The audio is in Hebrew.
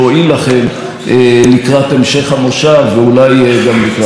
לקראת המשך המושב ואולי גם לקראת הבחירות.